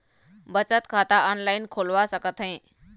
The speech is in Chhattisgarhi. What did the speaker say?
बचत खाता ऑनलाइन खोलवा सकथें?